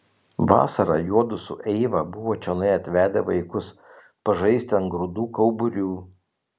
vasarą juodu su eiva buvo čionai atvedę vaikus pažaisti ant grūdų kauburių